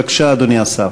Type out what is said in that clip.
בבקשה, אדוני השר.